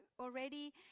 Already